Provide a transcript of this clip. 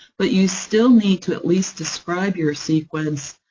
but you still need to at least describe your sequence,